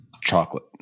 chocolate